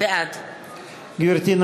בעד גברתי,